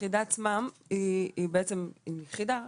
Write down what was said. היחידה עצמה היא בעצם יחידה,